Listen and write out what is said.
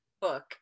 book